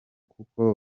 kuko